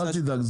אל תדאג,